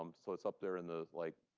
um so it's up there in the, like,